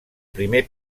primer